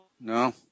No